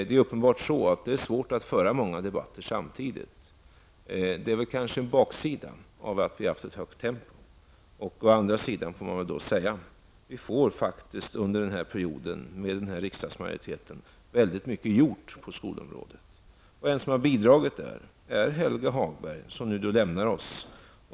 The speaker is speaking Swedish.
Det är uppenbart att det är svårt att föra många debatter samtidigt. Det är kanske en baksida till att vi har haft ett högt tempo. Å andra sidan får vi faktiskt under den här perioden, med den här riksdagsmajoriteten, mycket gjort på skolområdet. En som har bidragit till detta är Helge Hagberg, som nu lämnar oss.